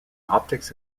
optics